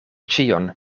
ĉion